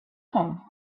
home